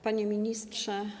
Panie Ministrze!